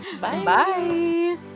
bye